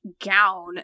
gown